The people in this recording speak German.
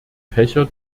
fächer